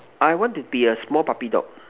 I want to be a small puppy dog